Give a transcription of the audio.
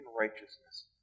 righteousness